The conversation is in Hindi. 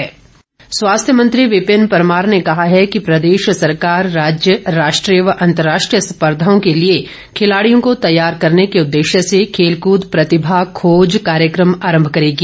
विपिन परमार स्वास्थ्य मंत्री विपिन परमार ने कहा है कि प्रदेश सरकार राज्य राष्ट्रीय व अंतर्राष्ट्रीय स्पर्धाओं के लिए खिलाड़ियों को तैयार करने के उददेश्य से खेलकृद प्रतिभा खोज कार्यक्रम आरंभ करेगी